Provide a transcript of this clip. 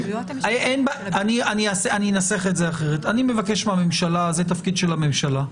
זה תפקיד של הממשלה.